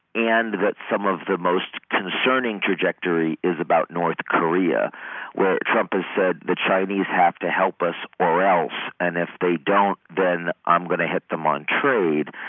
and that some of the most concerning trajectory is about north korea where trump has said the chinese have to help us or else, and if they don't then i'm going to hit them on trade.